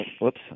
Whoops